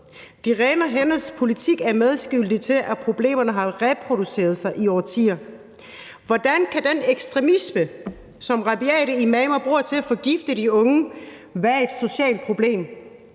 De rene hænders politik er medskyldig i, at problemerne har reproduceret sig i årtier. Hvordan kan den ekstremisme, som rabiate imamer bruger til at forgifte de unge, være et socialt problem?